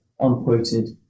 unquoted